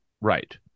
Right